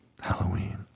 Halloween